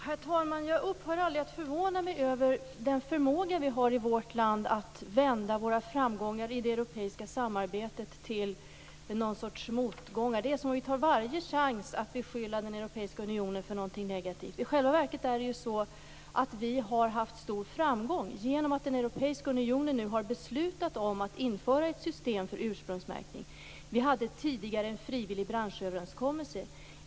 Herr talman! Jag upphör aldrig att förvånas över den förmåga vi har i vårt land att vända våra framgångar i det europeiska samarbetet till någon sorts motgångar. Det är som att vi tar varje chans att beskylla den europeiska unionen för något negativt. I själva verket är det ju så att vi har haft stor framgång genom att den europeiska unionen nu har beslutat om att införa ett system för ursprungsmärkning. Vi hade tidigare en frivillig branschöverenskommelse.